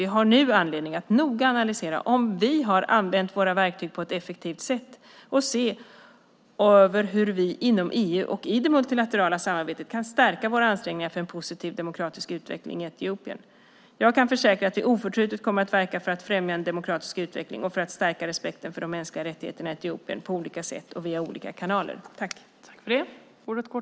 Vi har nu anledning att noga analysera om vi har använt våra verktyg på ett effektivt sätt och se över hur vi inom EU och i det multilaterala samarbetet kan stärka våra ansträngningar för en positiv demokratisk utveckling i Etiopien. Jag kan försäkra att vi oförtrutet kommer verka för att främja en demokratisk utveckling och för att stärka respekten för de mänskliga rättigheterna i Etiopien på olika sätt och via olika kanaler.